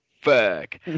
fuck